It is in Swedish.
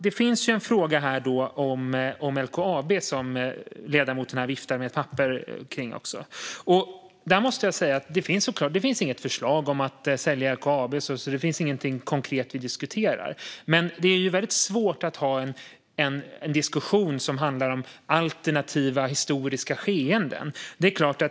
Det finns en fråga om LKAB. Ledamoten viftar här med ett papper om det. Det finns inget förslag om att sälja LKAB. Det finns ingenting konkret vi diskuterar. Men det är väldigt svårt att ha en diskussion som handlar om alternativa historiska skeenden.